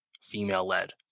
female-led